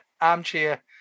armchair